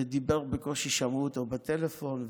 ודיבר, בקושי שמעו אותי בטלפון.